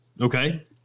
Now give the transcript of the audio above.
Okay